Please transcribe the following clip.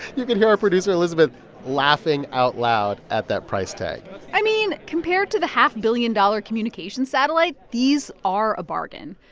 you could hear our producer elizabeth laughing out loud at that price tag i mean, compared to the half-billion dollar communications satellite, these are a bargain.